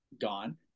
gone